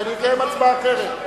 אני אקיים הצבעה אחרת.